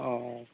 অঁ